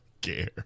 care